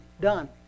done